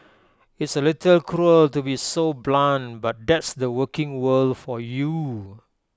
it's A little cruel to be so blunt but that's the working world for you